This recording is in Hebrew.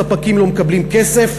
ספקים לא מקבלים כסף,